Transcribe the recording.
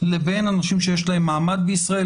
לבין אנשים שיש להם מעמד בישראל,